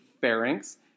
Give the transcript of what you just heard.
pharynx